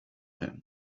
him